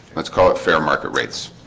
let's call it fair market rates